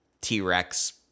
T-Rex